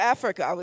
Africa